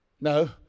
no